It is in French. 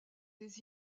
des